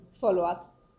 follow-up